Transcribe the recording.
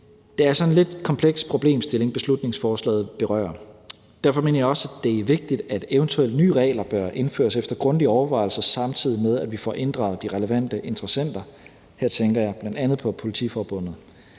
Det er en sådan lidt kompleks problemstilling, beslutningsforslaget berører. Derfor mener jeg også, det er vigtigt, at eventuelle nye regler bør indføres efter grundige overvejelser, samtidig med at vi får inddraget de relevante interessenter, og her tænker jeg bl.a. på Politiforbundet.